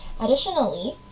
Additionally